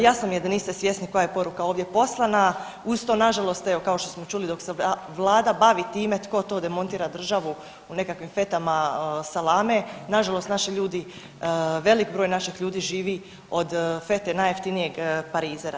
Jasno mi je da niste svjesni koja je poruka ovdje poslana, uz to nažalost evo kao što smo čuli dok se vlada bavi time tko to demontira državu u nekakvim fetama salame, nažalost naši ljudi, velik broj naših ljudi živi od fete najjeftinijeg parizera.